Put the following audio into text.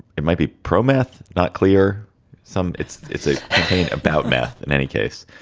it might be pro math, not clear some. it's it's ah about math in any case,